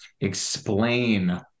explain